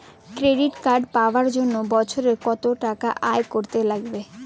Credit পাবার জন্যে বছরে কত টাকা আয় থাকা লাগবে?